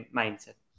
mindset